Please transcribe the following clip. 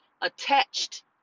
attached